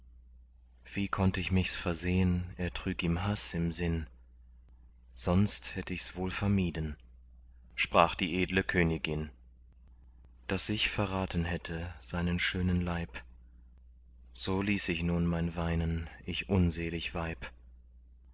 wie konnt ich michs versehen er trüg ihm haß im sinn sonst hätt ichs wohl vermieden sprach die edle königin daß ich verraten hätte seinen schönen leib so ließ ich nun mein weinen ich unselig weib